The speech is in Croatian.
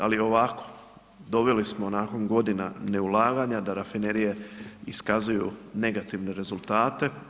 Ali ovako, doveli smo nakon godina neulaganja, da rafinerije iskazuju negativne rezultate.